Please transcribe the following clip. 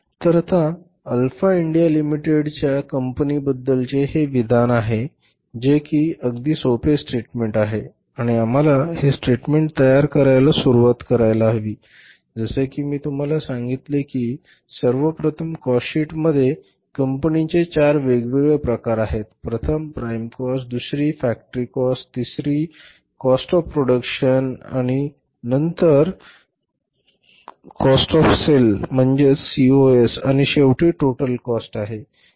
तर आता alpha India लिमिटेडच्या किंमतीबद्दलचे हे विधान आहे जे कि अगदी सोपे स्टेटमेंट आहे आणि आम्हाला हे स्टेटमेंट तयार करायला सुरुवात करायला हवी जसे की मी तुम्हाला सांगितले की सर्वप्रथम कॉस्टशीटमध्ये किंमतीचे 4 वेगवेगळे प्रकार आहेत प्रथम प्राईम काॅस्ट आहे दुसरी फॅक्टरी काॅस्ट आहे नंतर काॅस्ट ऑफ प्रोडक्शन आहे सीओपी नंतर काॅस्ट ऑफ सेल आहे म्हणजेच सीओएस आणि शेवटी टोटल काॅस्ट आहे